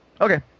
Okay